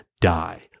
die